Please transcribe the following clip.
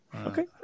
Okay